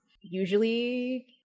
usually –